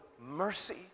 mercy